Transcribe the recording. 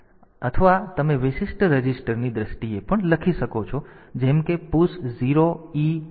તેથી આ બધું કરી શકાય છે અથવા તમે વિશિષ્ટ રજીસ્ટરની દ્રષ્ટિએ પણ લખી શકો છો જેમ કે પુશ 0 e 0 હેક્સ જેવા નંબરો